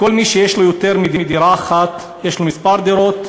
כל מי שיש לו יותר מדירה אחת, יש לו כמה דירות,